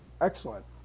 Excellent